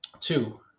Two